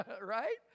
right